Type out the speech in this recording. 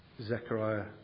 Zechariah